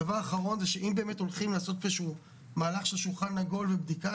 הדבר האחרון זה שאם באמת הולכים לעשות מהלך של שולחן עגול ובדיקה,